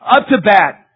up-to-bat